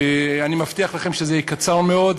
אני מבטיח לכם שזה יהיה קצר מאוד,